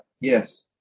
Yes